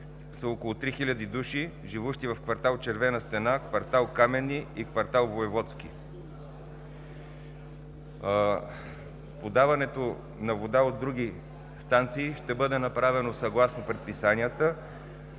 са около 3000 души, живущи в квартал „Червена стена“, квартал „Каменни“ и квартал „Воеводски“. Подаването на вода от други станции ще бъде направено съгласно предписанията.